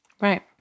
Right